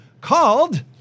called